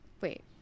Wait